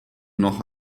noch